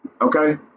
okay